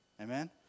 Amen